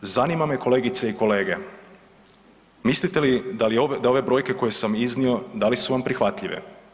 Zanima me kolegice i kolege mislite li da ove brojke koje sam iznio da li su vam prihvatljive?